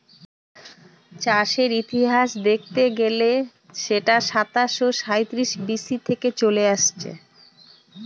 চায়ের ইতিহাস দেখতে গেলে সেটা সাতাশো সাঁইত্রিশ বি.সি থেকে চলে আসছে